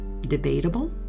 Debatable